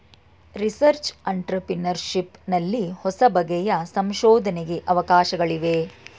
research entrepreneurship ನಲ್ಲಿ ಹೊಸಬಗೆಯ ಸಂಶೋಧನೆಗೆ ಅವಕಾಶಗಳಿವೆ